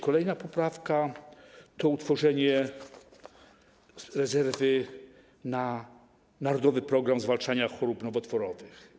Kolejna poprawka dotyczy utworzenia rezerwy na „Narodowy program zwalczania chorób nowotworowych”